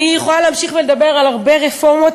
אני יכולה להמשיך ולדבר על הרבה רפורמות,